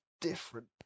different